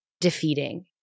defeating